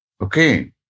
Okay